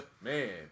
Man